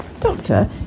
Doctor